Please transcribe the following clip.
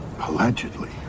allegedly